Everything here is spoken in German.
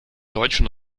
deutschen